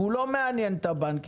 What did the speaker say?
הוא לא מעניין את הבנקים.